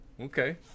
Okay